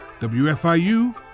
WFIU